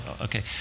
Okay